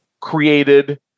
Created